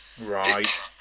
Right